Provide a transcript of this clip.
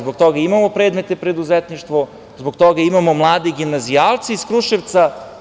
Zbog toga imamo predmet preduzetništvo i zbog toga imamo mlade gimnazijalce iz Kruševca.